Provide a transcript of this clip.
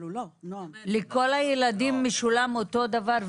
לכל הילדים משולם אותו דבר,